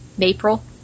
April